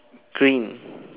green